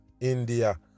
india